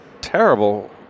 terrible